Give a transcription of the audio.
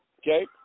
Okay